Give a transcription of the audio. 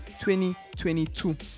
2022